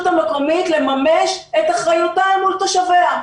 המקומית לממש את אחריותה אל מול תושביה.